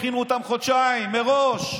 הכינו אותן חודשיים מראש.